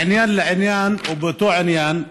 מעניין לעניין באותו עניין.